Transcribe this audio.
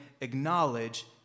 acknowledge